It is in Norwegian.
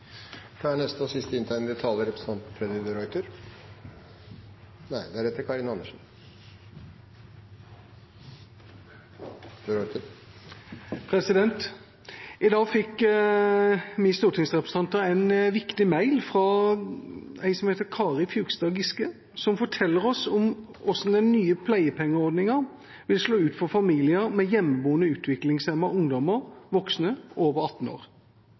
I dag fikk vi stortingsrepresentanter en viktig mail fra en som heter Kari Fjugstad Giske, som forteller oss om hvordan den nye pleiepengeordningen vil slå ut for familier med hjemmeboende utviklingshemmede ungdommer, voksne, over 18 år.